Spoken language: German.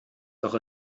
doch